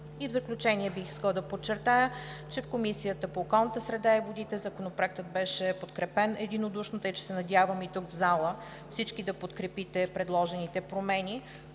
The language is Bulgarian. В заключение, бих искала да подчертая, че в Комисията по околната среда и водите Законопроектът беше приет единодушно, тъй че се надявам и тук в залата всички да подкрепите предложените промени.